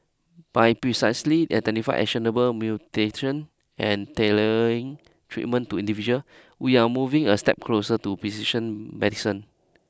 by precisely identify actionable mutation and tailoring treatments to individual we are moving a step closer to precision medicine